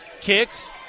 Kicks